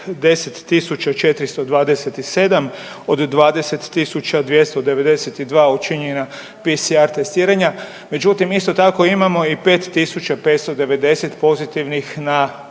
ih 10.427 od 20.292 učinjena PCR testiranja, međutim isto tako imamo i 5.590 pozitivnih na brzim